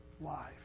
life